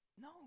no